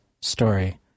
story